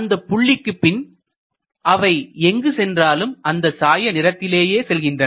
அந்தப் புள்ளிக்கு பின் அவை எங்கு சென்றாலும் அந்த சாய நிறத்திலேயே செல்கின்றன